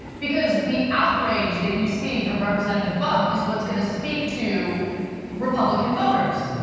because the outrage that you see from representative buck is what's gonna speak to republican voters.